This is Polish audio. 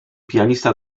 pianista